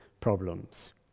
problems